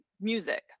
music